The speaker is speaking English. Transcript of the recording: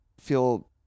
feel